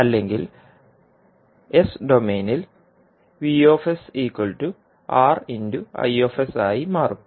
അല്ലെങ്കിൽ എസ് ഡൊമെയ്നിൽ മാറും